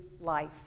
life